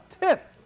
tip